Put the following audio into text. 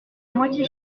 moitié